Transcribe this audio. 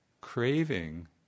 craving